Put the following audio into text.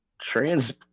trans